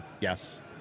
Yes